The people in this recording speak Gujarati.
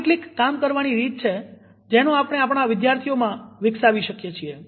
આ કેટલીક કામ કરવાની રીત છે જેનો આપણે આપણા વિદ્યાર્થીઓમાં વિકસાવી શકીએ છીએ